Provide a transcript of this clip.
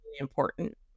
important